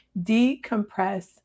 decompress